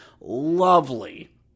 Lovely